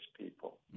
people